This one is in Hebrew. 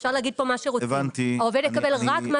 אפשר להגיד כאן מה שרוצים אבל העובד יקבל רק מה